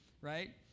right